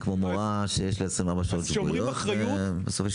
זה כמו מורה שיש לה 24 שעות שבועיות ובסוף יש...